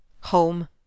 Home